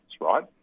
right